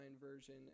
version